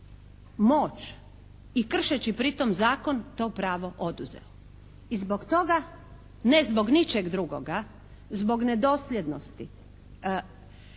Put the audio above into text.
moć i kršeći pritom zakon to pravo oduzeo i zbog toga, ne zbog ničeg drugoga, zbog nedosljednosti.